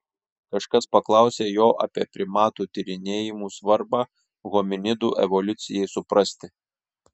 kažkas paklausė jo apie primatų tyrinėjimų svarbą hominidų evoliucijai suprasti